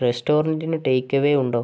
റെസ്റ്റോറൻറ്റിന് take away ഉണ്ടോ